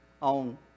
on